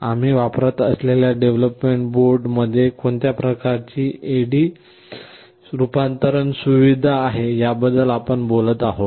आम्ही वापरत असलेल्या ARM डेव्हलोपमेंट बोर्ड मध्ये कोणत्या प्रकारची AD रूपांतरण सुविधा आहे याबद्दल आपण बोलत आहोत